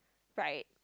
right